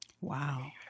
Wow